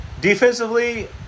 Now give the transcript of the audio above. defensively